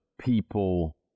people